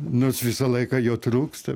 nors visą laiką jo trūksta